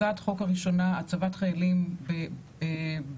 הצעת החוק הראשונה: הצבת חיילים בשירות